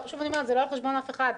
שוב אני אומרת, זה לא על חשבון אף אחד.